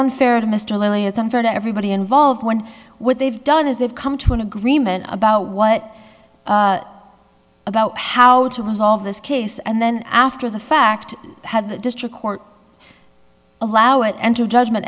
unfair to everybody involved when what they've done is they've come to an agreement about what about how to resolve this case and then after the fact had the district court allow it enter a judgment